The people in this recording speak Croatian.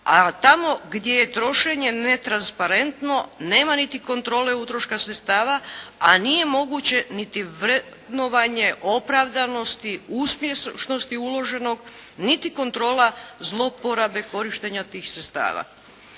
a tamo gdje je trošenje netransparentno nema niti kontrole utroška sredstva, a nije moguće niti vrednovanje opravdanosti uspješnosti uloženog niti kontrola zlouporabe korištenja tih sredstava.